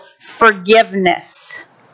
Forgiveness